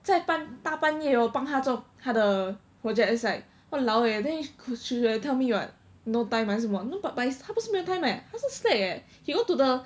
在班大半夜 hor 帮他做他的 project is like !walao! eh then you could should you tell me [what] no time 还是什么 no but 他不是没有 time leh 他是 slack leh he go to the